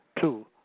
two